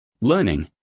Learning